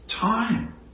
time